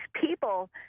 people